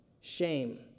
shame